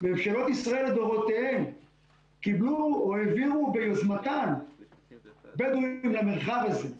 ממשלות ישראל לדורותיהן קיבלו או העבירו ביוזמתן בדואים למרחב הזה,